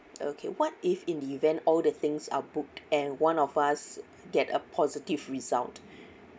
okay what if in the event all the things are booked and one of us get a positive result